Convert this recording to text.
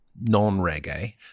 non-reggae